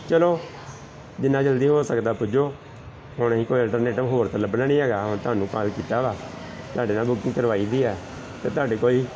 ਚੱਲੋ ਜਿੰਨਾ ਜਲਦੀ ਹੋ ਸਕਦਾ ਪੁੱਜੋ ਹੁਣ ਅਸੀਂ ਕੋਈ ਅਲਟਰਨੇਟਿਵ ਹੋਰ ਤਾਂ ਲੱਭਣਾ ਨਹੀਂ ਹੈਗਾ ਹੁਣ ਤੁਹਾਨੂੰ ਕਾਲ ਕੀਤਾ ਵਾ ਤੁਹਾਡੇ ਨਾਲ ਬੁਕਿੰਗ ਕਰਵਾਈ ਦੀ ਆ ਅਤੇ ਤੁਹਾਡੇ ਕੋਈ